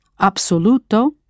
absoluto